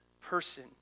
person